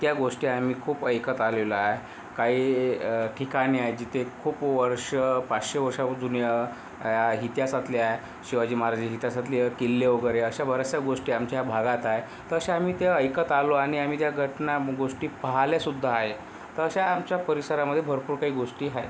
त्या गोष्टी आम्ही खूप ऐकत आलेलो आहे काही ठिकाणे आहेत जिथे खूप वर्ष पाचशे वर्षाहून जुनी इतिहासातल्या शिवाजी महाराज इतिहासातल्या किल्ले वगैरे अशा बऱ्याचशा गोष्टी आमच्या भागात आहेत तशा आम्ही त्या ऐकत आलो आणि आम्ही त्या घटना गोष्टी पाहिल्यासुद्धा आहे तर अशा आमच्या परिसरामधे भरपूर काही गोष्टी आहेत